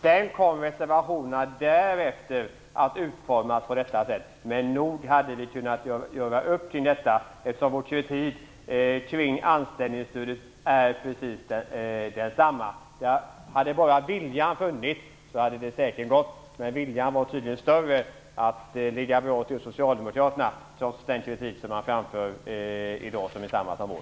Därefter kom reservationerna att utformas. Men nog hade vi kunnat göra upp kring detta, eftersom vi gör samma kritik av anställningsstödet. Hade bara viljan funnits så hade det säkert gått. Men viljan att ligga bra till hos socialdemokraterna var tydligen större - trots den kritik som man för fram i dag, som är densamma som vår.